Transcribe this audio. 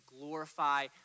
glorify